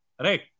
Right